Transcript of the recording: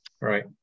right